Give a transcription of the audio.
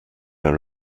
our